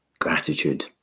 gratitude